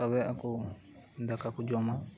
ᱛᱚᱵᱮ ᱟᱠᱚ ᱫᱟᱠᱟ ᱠᱚ ᱡᱚᱢᱟ